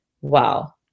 wow